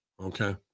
Okay